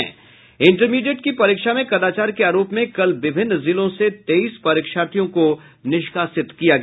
intermediate की परीक्षा में कदाचार के अरोप में कल विभिन्न जिलों से तेईस परीक्षार्थियों को निष्कासित किया गया